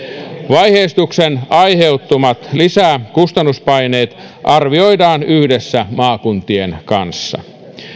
vaiheistuksen aiheuttamat lisäkustannuspaineet arvioidaan yhdessä maakuntien kanssa